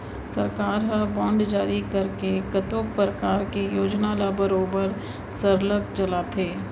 सरकार ह बांड जारी करके कतको परकार के योजना ल बरोबर सरलग चलाथे